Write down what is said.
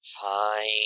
Fine